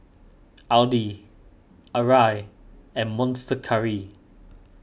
Audi Arai and Monster Curry